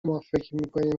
مافکرمیکنیم